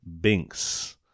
Binks